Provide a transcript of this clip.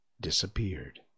disappeared